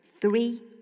three